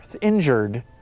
injured